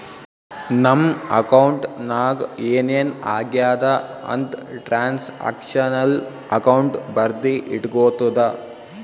ನಮ್ ಅಕೌಂಟ್ ನಾಗ್ ಏನ್ ಏನ್ ಆಗ್ಯಾದ ಅಂತ್ ಟ್ರಾನ್ಸ್ಅಕ್ಷನಲ್ ಅಕೌಂಟ್ ಬರ್ದಿ ಇಟ್ಗೋತುದ